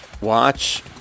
watch